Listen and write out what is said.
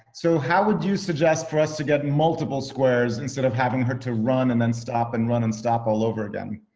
so how would you suggest for us to get multiple squares instead of having her to run and then stop and run and stop all over again?